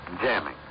jamming